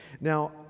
Now